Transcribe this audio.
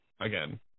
again